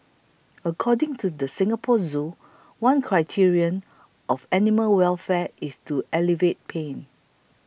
according to the Singapore Zoo one criterion of animal welfare is to alleviate pain